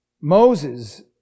Moses